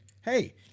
Hey